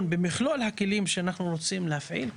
במכלול הכלים שאנחנו רוצים להפעיל,